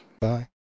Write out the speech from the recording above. Bye